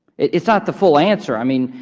it's not the full answer. i mean,